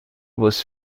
was